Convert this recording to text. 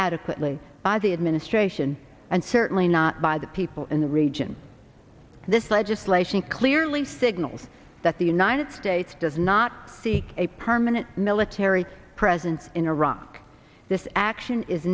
adequately by the administration and certainly not by the people in the region and this legislation clearly signals that the united states does not seek a permanent military presence in iraq this action is